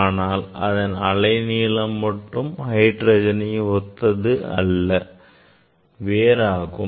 ஆனால் அதன் அலை நீளம் மட்டும் ஹைட்ரஜனை ஒத்தது அல்ல வேறாகும்